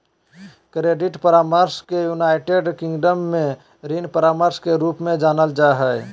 credit परामर्श के United Kingdom में ऋण परामर्श के रूप में जानल जा हइ